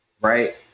right